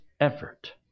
effort